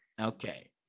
Okay